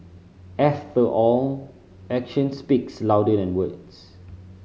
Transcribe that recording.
after all actions speaks louder than words